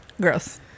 Gross